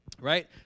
Right